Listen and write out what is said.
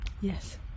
Yes